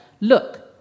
Look